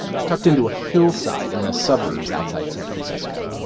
it's tucked into a hillside in the suburbs outside san francisco